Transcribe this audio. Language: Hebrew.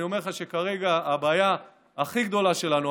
אני אומר לך שכרגע הבעיה הכי גדולה שלנו,